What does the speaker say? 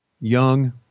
Young